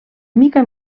mica